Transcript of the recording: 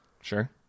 sure